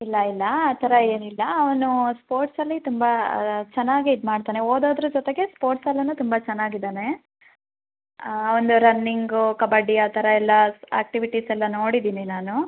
ಇಲ್ಲ ಇಲ್ಲ ಆ ಥರ ಏನಿಲ್ಲ ಅವನು ಸ್ಪೋಟ್ಸಲ್ಲಿ ತುಂಬ ಚೆನ್ನಾಗಿ ಇದು ಮಾಡ್ತಾನೆ ಓದೋದ್ರ ಜೊತೆಗೆ ಸ್ಪೋಟ್ಸಲ್ಲೂನು ತುಂಬ ಚೆನ್ನಾಗಿದಾನೆ ಅವನ್ದು ರನ್ನಿಂಗು ಕಬಡ್ಡಿ ಆ ಥರ ಎಲ್ಲ ಆ್ಯಕ್ಟಿವಿಟೀಸೆಲ್ಲ ನೋಡಿದ್ದೀನಿ ನಾನು